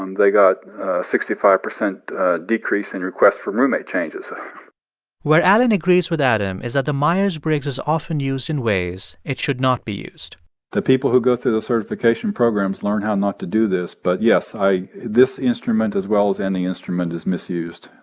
um they got a sixty five percent decrease in requests for roommate changes where allen agrees with adam is that the myers-briggs is often used in ways it should not be used the people who go through the certification programs learn how not to do this. but yes, i this instrument as well as any instrument, is misused.